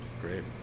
Great